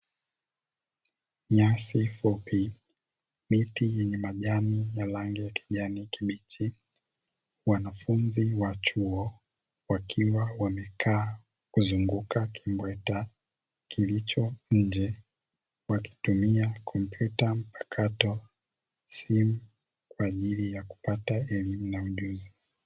Nyasi fupi, miti yenye majanii ya kijani kibichi, wanafunzi wa chuo wakiwa wamekaa kuzunguka kibweta kilicho nje, wakitumia kompyuta mpakato, simu kwa ajili ya kupata elimu na ujuzi.